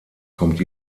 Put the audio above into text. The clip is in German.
kommt